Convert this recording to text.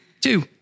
two